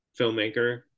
filmmaker